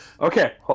Okay